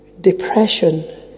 depression